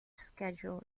schedule